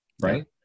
right